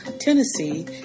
Tennessee